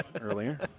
earlier